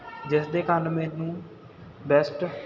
ਜਿਸ ਦੇ ਕਾਰਨ ਮੈਨੂੰ ਬੈਸਟ